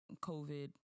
COVID